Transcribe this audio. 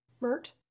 Mert